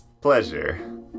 pleasure